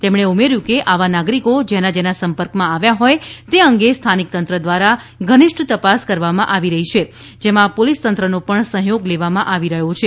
તેમણે ઉમેર્થું હતું કે આવા નાગરિકો જેના જેના સંપર્કમાં આવ્યા હોય તે અંગે સ્થાનિક તંત્ર દ્વારા ધનિષ્ઠ તપાસ કરવામાં આવી રહી છે જેમાં પોલીસ તંત્રનો પણ સહયોગ લેવામાં આવી રહ્યો છે